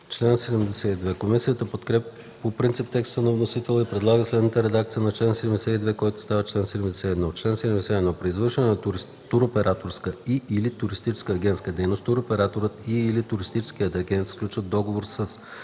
БОЙЧЕВ: Комисията подкрепя по принцип текста на вносителя и предлага следната редакция на чл. 72, който става чл. 71: „Чл. 71. При извършване на туроператорска и/или туристическа агентска дейност туроператорът и/или туристическият агент сключва договори със: